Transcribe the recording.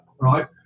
right